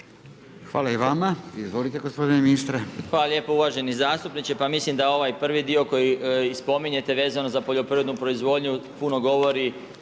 Hvala i vama, izvolite gospodine ministre. **Marić, Zdravko** Hvala lijepo uvaženi zastupniče, pa mislim da ovaj prvi dio koji i spominjete vezano za poljoprivrednu proizvodnju puno govori